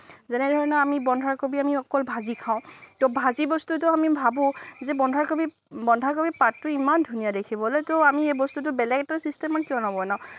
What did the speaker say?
যেনে ধৰণৰ বন্ধাকবি আমি অকল ভাজি খাওঁ ত' ভাজি বস্তুটো আমি ভাবোঁ যে বন্ধাকবি বন্ধাকবি পাতটো ইমান ধুনীয়া দেখিবলৈ ত' আমি এই বস্তুটো বেলেগ এটা চিষ্টেমত কিয় নবনাওঁ